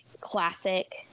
classic